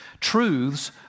truths